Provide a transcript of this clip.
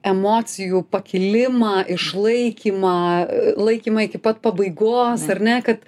emocijų pakilimą išlaikymą laikymą iki pat pabaigos ar ne kad